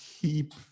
keep